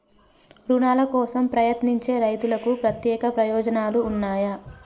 రుణాల కోసం ప్రయత్నించే రైతులకు ప్రత్యేక ప్రయోజనాలు ఉన్నయా?